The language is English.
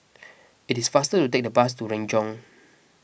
it is faster to take the bus to Renjong